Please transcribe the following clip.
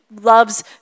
loves